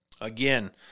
Again